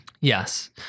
Yes